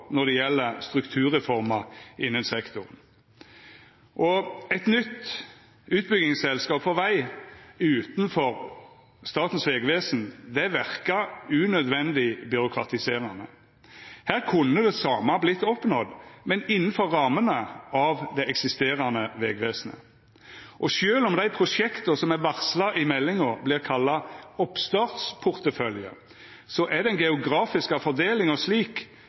når det gjeld strukturreformer innan sektoren. Eit nytt utbyggingsselskap for veg, utanfor Statens vegvesen, verkar unødvendig byråkratiserande. Her kunne det same vorte oppnådd innanfor rammene av det eksisterande vegvesenet. Og sjølv om dei prosjekta som er varsla i meldinga, vert kalla oppstartsportefølje, så er den geografiske fordelinga slik